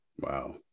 wow